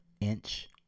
inch